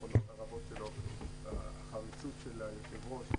ביכולות הרבות שלו ובחריצות של היושב-ראש,